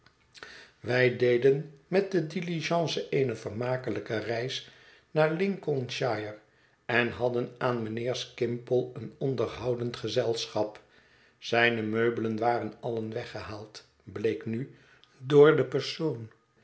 wij deden met de diligence eene vermakelijke reis naar lincolnshire en hadden aan mijnheer skimpole een onderhoudend gezelschap zijne meubelen waren allen weggehaald bleek nu door den persoon